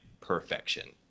perfection